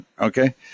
okay